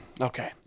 Okay